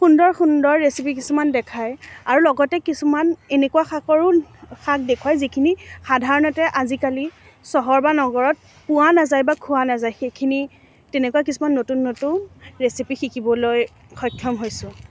সুন্দৰ সুন্দৰ ৰেচিপি কিছুমান দেখায় আৰু লগতে কিছুমান এনেকুৱা শাকৰো শাক দেখোৱায় যিখিনি সাধাৰণতে আজিকালি চহৰ বা নগৰত পোৱা নাযায় বা খোৱা নাযায় সেইখিনি তেনেকুৱা কিছুমান নতুন নতুন ৰেচিপি শিকিবলৈ সক্ষম হৈছোঁ